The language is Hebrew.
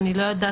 אני לא ידעתי